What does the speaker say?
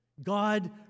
God